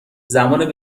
زمان